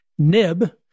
Nib